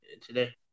today